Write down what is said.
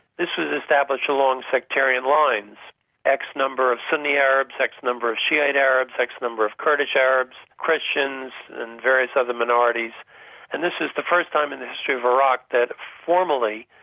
this was established along sectarian lines x number of sunni arabs, x number of shiite arabs, x number of kurdish arabs, christians and various other minorities and this is the first time in the history of iraq that, formally,